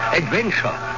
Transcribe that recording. adventure